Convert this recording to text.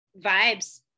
vibes